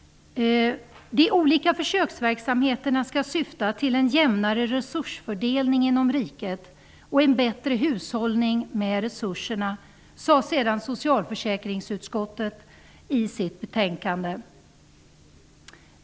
''De olika försöksverksamheterna skall syfta till en jämnare resursfördelning inom riket och en bättre hushållning med resurserna'', sade sedan socialförsäkringsutskottet i sitt betänkande.